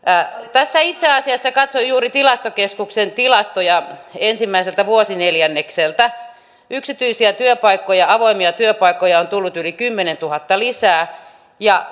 tässä itse asiassa katson juuri tilastokeskuksen tilastoja ensimmäiseltä vuosineljännekseltä yksityisiä työpaikkoja avoimia työpaikkoja on tullut yli kymmenentuhatta lisää ja